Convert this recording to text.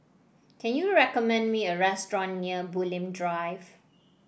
can you recommend me a restaurant near Bulim Drive